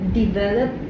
develop